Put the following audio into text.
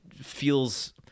feels –